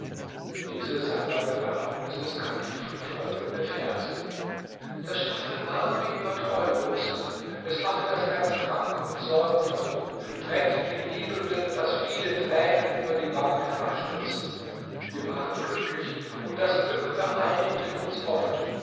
diese sang dann mit erlaubnis des kalifen folgende verse das schicksal war wie immer treulos es macht das herz krank und sorgenvoll trennt die liebenden daß viele tränen über die wangen herabstürzen wir waren glücklich und das glück vereinigte uns oft